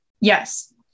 yes